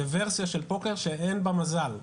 זו ורסיה של פוקר שאין בה מזל.